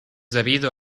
debido